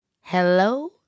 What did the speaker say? hello